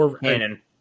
Canon